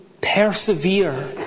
persevere